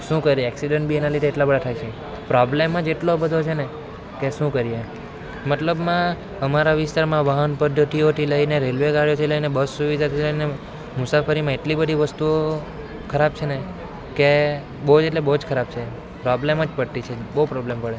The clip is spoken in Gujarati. શું કરીએ એક્સિડેંટ બી એના લીધે એટલાં બધાં થાય છે પ્રોબ્લેમ જ એટલો બધો છે ને કે શું કરીએ મતલબમાં અમારા વિસ્તારમાં વાહન પદ્ધતિઓથી લઈને રેલવે ગાડીથી લઈને બસ સુવિધાથી લઈને મુસાફરીમાં એટલી બધી વસ્તુઓ ખરાબ છે ને કે બહુ એટલે બહુ જ ખરાબ છે પ્રોબ્લેમ જ પડે છે બહુ પ્રોબ્લેમ પડે